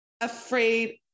afraid